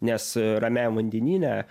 nes ramiajam vandenyne